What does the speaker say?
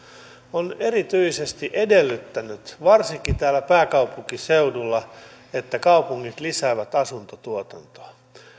on erityisesti edellyttänyt varsinkin täällä pääkaupunkiseudulla että kaupungit lisäävät asuntotuotantoa